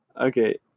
Okay